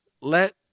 let